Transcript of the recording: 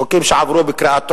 חוקים שעברו בקריאה טרומית,